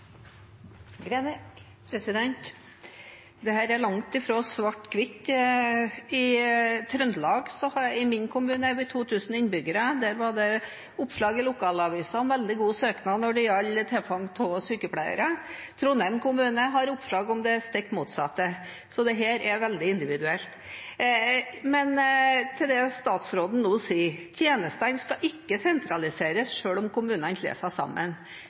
i Trøndelag med 2 000 innbyggere var det oppslag i lokalavisen om en veldig god søknad når det gjaldt tilfang av sykepleiere. Trondheim kommune har oppslag om det stikk motsatte. Så dette er veldig individuelt. Men til det statsråden nå sier: Tjenestene skal ikke sentraliseres selv om kommunene slår seg sammen.